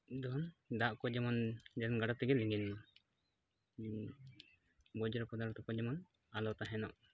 ᱫᱟᱜ ᱠᱚ ᱡᱮᱢᱚᱱ ᱰᱨᱮᱱ ᱜᱟᱰᱟ ᱛᱮᱜᱮ ᱞᱤᱝᱜᱤᱱ ᱢᱟ ᱵᱚᱡᱽᱨᱚ ᱯᱚᱫᱟᱨᱛᱷᱚ ᱠᱚ ᱡᱮᱢᱚᱱ ᱟᱞᱚ ᱛᱟᱦᱮᱱᱚᱜ